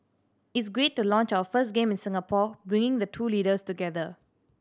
it's great to launch our first game in Singapore bringing the two leaders together